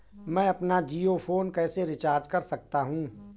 मैं अपना जियो फोन कैसे रिचार्ज कर सकता हूँ?